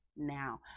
now